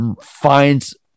finds